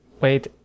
Wait